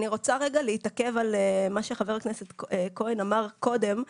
אני רוצה להתעכב על מה שחבר הכנסת כהן אמר קודם,